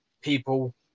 people